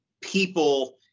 people